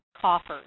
coffers